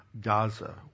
Gaza